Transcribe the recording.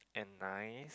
and nice